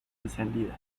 encendida